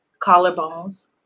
collarbones